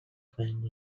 find